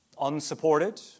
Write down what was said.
unsupported